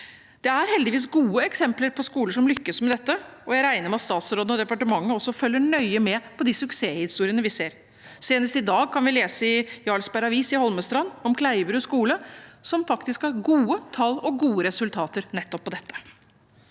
Det er heldigvis gode eksempler på skoler som lykkes med dette, og jeg regner med at statsråden og departementet også følger nøye med på de suksesshistoriene vi ser. Nylig kunne vi lese i Jarlsberg Avis i Holmestrand om Kleiverud skole, som faktisk har gode tall og gode resultater på nettopp dette.